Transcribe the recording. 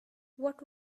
what